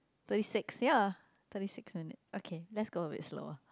thirty six ya thirty six minute okay let's go a little bit slower